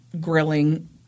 grilling